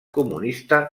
comunista